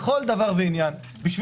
דף את הפריפריה בכל דבר ועניין כדי